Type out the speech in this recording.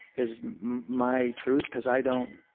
is my truth, because i don't